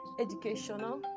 educational